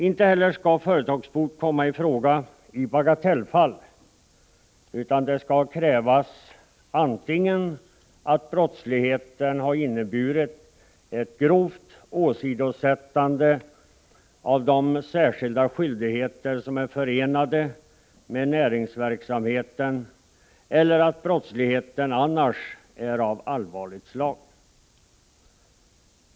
Inte heller skall företagsbot komma i fråga i bagatellfall, utan det skall krävas antingen att brottsligheten har inneburit ett grovt åsidosättande av de särskilda skyldigheter som är förenade med näringsverksamheten eller att brottsligheten annars är av allvarligt slag.